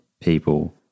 people